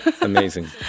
amazing